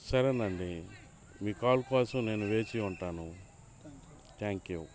సరేనండి మీ కాల్ కోసం నేను వేచి ఉంటాను థాంక్ యూ